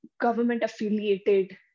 government-affiliated